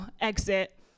exit